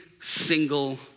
single